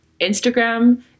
Instagram